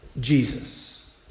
Jesus